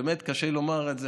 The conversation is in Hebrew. קשה לי לומר את זה,